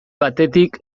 batetik